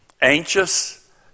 anxious